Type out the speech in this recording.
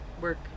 work